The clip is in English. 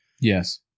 Yes